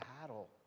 battle